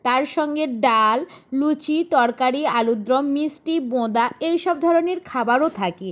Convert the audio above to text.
তার সঙ্গে ডাল লুচি তরকারি আলুর দম মিষ্টি বোঁদে এই সব ধরনের খাবারও থাকে